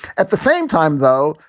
at the same time, though,